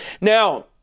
Now